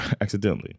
accidentally